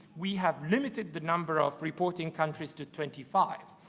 we have limited the number of reporting countries to twenty five.